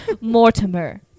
Mortimer